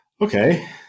Okay